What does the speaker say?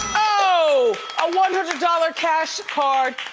oh, a one hundred dollars cash card,